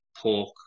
pork